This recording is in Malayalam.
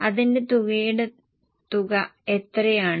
അതിന്റെ തുകയുടെ തുക എത്രയാണ്